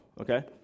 Okay